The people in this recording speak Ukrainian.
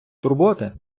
турботи